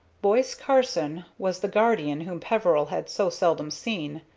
boise carson was the guardian whom peveril had so seldom seen,